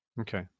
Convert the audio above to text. Okay